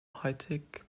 häutig